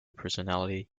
personality